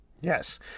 Yes